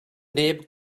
neb